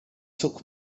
took